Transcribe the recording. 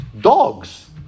dogs